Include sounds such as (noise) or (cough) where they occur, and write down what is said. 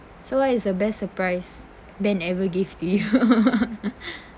so what is the best surprise dan ever gave to you (laughs)